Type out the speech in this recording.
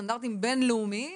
סטנדרטים בין-לאומיים